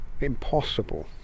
impossible